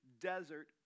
desert